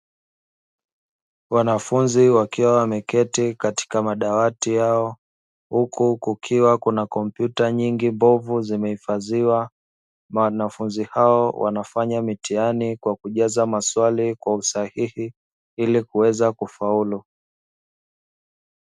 Wanafunzi wakiwa wameketi katika madawati yao, huku kukiwa na kompyuta nyingi mbovu zimehifadhiwa, wanafunzi hao wanafanya mtihani kwa kujaza maswali kwa usahihi ili kuweza kufaulu.